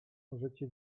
możecie